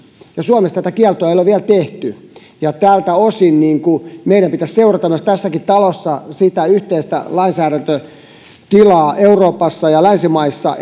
ja suomessa tätä kieltoa ei ole vielä tehty tältä osin meidän pitäisi seurata myös tässä talossa sitä yhteistä lainsäädäntötilaa euroopassa ja länsimaissa